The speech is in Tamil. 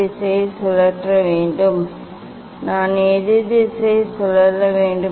மீண்டும் நான் எதிர் திசையில் சுழல வேண்டும்